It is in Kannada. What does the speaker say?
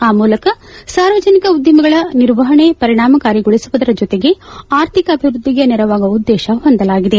ಆ ಮೂಲಕ ಸಾರ್ವಜನಿಕ ಉದ್ಲಿಮೆಗಳ ನಿರ್ವಹಣೆ ಪರಿಣಾಮಕಾರಿಗೊಳಿಸುವುದರ ಜೊತೆಗೆ ಆರ್ಥಿಕ ಅಭಿವ್ಯದ್ಲಿಗೆ ನೆರವಾಗುವ ಉದ್ಗೇತ ಹೊಂದಲಾಗಿದೆ